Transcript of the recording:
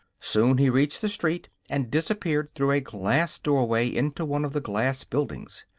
soon he reached the street and disappeared through a glass doorway into one of the glass buildings.